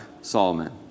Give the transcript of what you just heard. Solomon